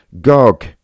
Gog